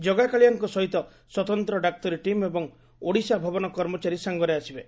ଜଗାକାଳିଆଙ୍କ ସହିତ ସ୍ୱତନ୍ତ ଡାକ୍ତରୀ ଟିମ୍ ଏବଂ ଓଡ଼ିଶା ଭବନ କର୍ମଚାରୀ ସାଙ୍ଗରେ ଆସିବେ